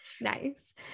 Nice